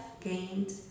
gained